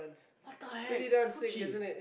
what the heck so cheap